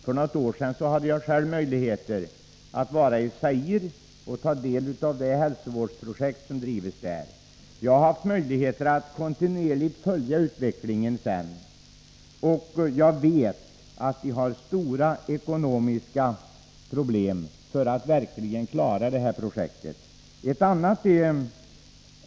För något år sedan hade jag själv möjlighet att vara i Zaire och ta del av det hälsovårdsprojekt som drivs där. Jag har haft möjlighet att kontinuerligt följa utvecklingen sedan dess, och jag vet att man har stora ekonomiska problem att klara detta projekt.